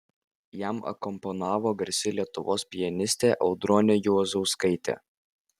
jam akompanavo garsi lietuvos pianistė audronė juozauskaitė